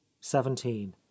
seventeen